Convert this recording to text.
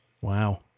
Wow